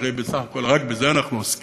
כי הרי בסך הכול רק בזה אנחנו עוסקים,